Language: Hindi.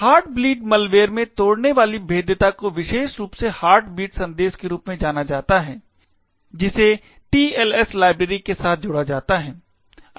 हार्टब्लीड मालवेयर में तोड़ने वाली भेद्यता को विशेष रूप से हार्टबीट संदेश के रूप में जाना जाता है जिसे TLS लाइब्रेरी के साथ जोड़ा जाता है